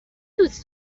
دوست